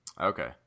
Okay